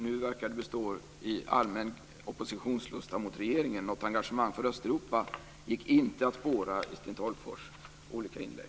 Nu verkar det bestå i allmän oppositionslusta mot regeringen. Något engagemang för Östeuropa gick inte att spåra i Sten Tolgfors olika inlägg.